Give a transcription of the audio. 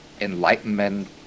enlightenment